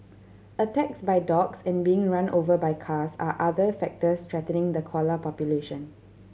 attacks by dogs and being run over by cars are other factors threatening the koala population